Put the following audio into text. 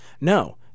No